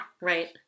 Right